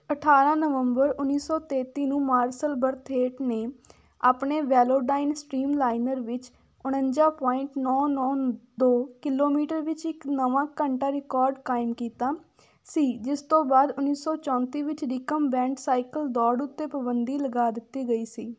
ਅਠਾਰਾਂ ਨਵੰਬਰ ਉੱਨੀ ਸੌ ਤੇਤੀ ਨੂੰ ਮਾਰਸਲ ਬਰਥੇਟ ਨੇ ਆਪਣੇ ਵੈਲੋਡਾਈਨ ਸਟ੍ਰੀਮਲਾਈਨਰ ਵਿੱਚ ਉਣੰਜਾ ਪੁਆਇੰਟ ਨੌਂ ਨੌਂ ਦੋ ਕਿਲੋਮੀਟਰ ਵਿੱਚ ਇੱਕ ਨਵਾਂ ਘੰਟਾ ਰਿਕੋਰਡ ਕਾਇਮ ਕੀਤਾ ਸੀ ਜਿਸ ਤੋਂ ਬਾਅਦ ਉੱਨੀ ਸੌ ਚੌਂਤੀ ਵਿੱਚ ਰਿਕਮਬੈਂਟ ਸਾਈਕਲ ਦੌੜ ਉੱਤੇ ਪਾਬੰਦੀ ਲਗਾ ਦਿੱਤੀ ਗਈ ਸੀ